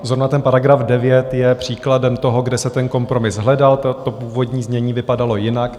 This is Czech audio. Zrovna ten § 9 je příkladem toho, kde se kompromis hledal, původní znění vypadalo jinak.